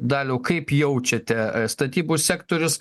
daliau kaip jaučiate statybų sektorius